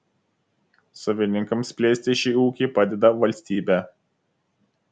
savininkams plėsti šį ūkį padeda valstybė